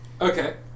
Okay